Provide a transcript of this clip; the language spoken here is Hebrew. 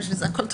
הכול טוב.